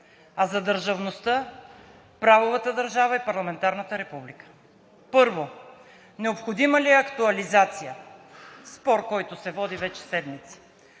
а за държавността, правовата държава и парламентарната република. Първо, необходима ли е актуализация? Спор, който се води вече седмици.